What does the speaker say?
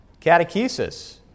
Catechesis